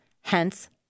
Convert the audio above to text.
hence